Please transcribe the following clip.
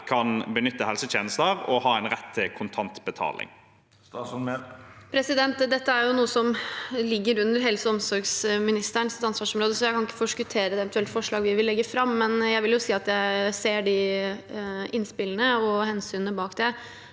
kan benytte helsetjenester og ha en rett til kontantbetaling. Statsråd Emilie Mehl Dette er noe som ligger under helse- og omsorgsministerens ansvarsområde, så jeg kan ikke forskuttere et eventuelt forslag vi vil legge fram. Jeg vil si at jeg ser de innspillene og hensynene bak som